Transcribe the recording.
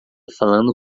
falando